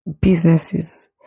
businesses